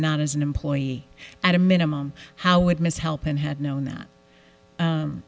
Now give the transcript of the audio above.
not as an employee at a minimum how would miss help and had known that